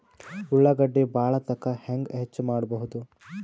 ಉಳ್ಳಾಗಡ್ಡಿ ಬಾಳಥಕಾ ಹೆಂಗ ಹೆಚ್ಚು ಮಾಡಬಹುದು?